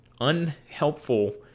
unhelpful